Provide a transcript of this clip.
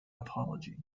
apology